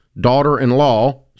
daughter-in-law